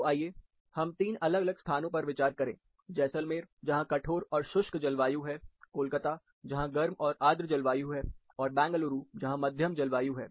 तो आइए हम 3 अलग अलग स्थानों पर विचार करें जैसलमेर जहां कठोर और शुष्क जलवायु है कोलकाता जहां गर्म और आर्द्र जलवायु है और बेंगलुरु जहां मध्यम जलवायु है